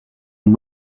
and